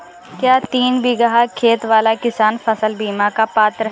क्या तीन बीघा खेत वाला किसान फसल बीमा का पात्र हैं?